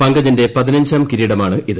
പങ്കജിന്റെ പതിനഞ്ചാം കിരീടമാണിത്